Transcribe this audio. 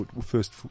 first